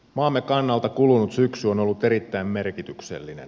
maamme kannalta kulunut syksy on ollut erittäin merkityksellinen